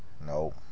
Nope